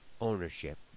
ownership